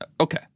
Okay